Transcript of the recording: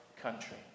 country